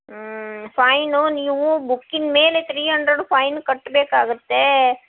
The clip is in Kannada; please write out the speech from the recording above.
ಹ್ಞೂ ಫೈನು ನೀವು ಬುಕ್ಕಿನ ಮೇಲೆ ತ್ರೀ ಹಂಡ್ರೆಡು ಫೈನ್ ಕಟ್ಬೇಕಾಗತ್ತೆ